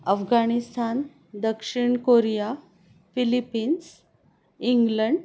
अफगाणिस्थान दक्षिण Korea Philippines England